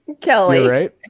Kelly